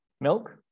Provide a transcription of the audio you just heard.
milk